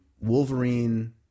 Wolverine